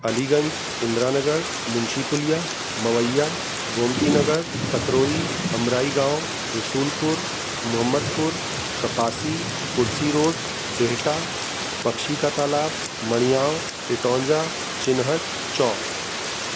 अलीगंज इन्द्रांनगर मुंशीपुलिया मवैया गोमतीनगर तकरोई अमराई गांव रुसुलपुर मोहमदपुर कपासी कुर्सी रोड बेहटा बक्षी का तालाब मणियाउ इटौंजा चिनहट चौक